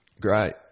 Great